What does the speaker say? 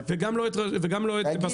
וגם לא את משרד התקשורת.